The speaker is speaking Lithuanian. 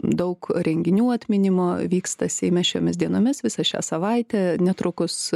daug renginių atminimo vyksta seime šiomis dienomis visą šią savaitę netrukus